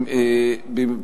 מ/541,